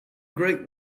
great